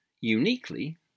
uniquely